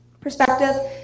perspective